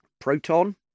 Proton